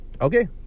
Okay